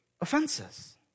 offenses